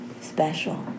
special